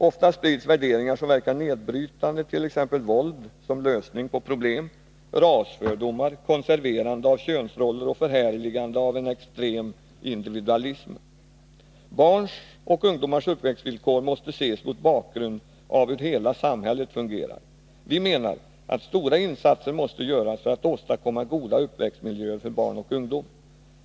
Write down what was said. Ofta sprids värderingar som verkar nedbrytande, t.ex. våld, som lösning på problem, rasfördomar, konserverande av könsroller och förhärligande av en extrem individualism. Barns och ungdomars uppväxtvillkor måste ses mot bakgrund av hur hela samhället fungerar. Vi menar att stora insatser måste göras för att åstadkomma goda uppväxtmiljöer för barn och ungdom.